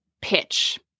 pitch